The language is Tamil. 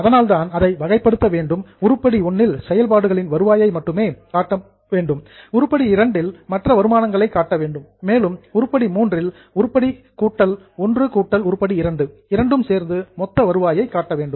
அதனால்தான் அதை வகைப்படுத்த வேண்டும் உருப்படி I இல் செயல்பாடுகளின் வருவாயை மட்டுமே காட்ட வேண்டும் உருப்படி II இல் மற்ற வருமானங்களை காட்ட வேண்டும் மேலும் உருப்படி III இல் உருப்படி I கூட்டல் உருப்படி II இரண்டும் சேர்ந்து மொத்த வருவாயை காட்ட வேண்டும்